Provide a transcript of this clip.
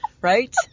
right